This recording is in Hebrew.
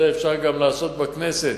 את זה אפשר גם לעשות בכנסת,